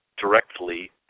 directly